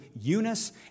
Eunice